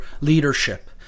leadership